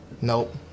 nope